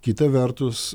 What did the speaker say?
kita vertus